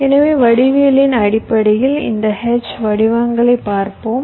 எனவே வடிவவியலின் அடிப்படையில் இந்த H வடிவங்களைப் பார்ப்போம்